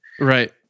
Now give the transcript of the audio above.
Right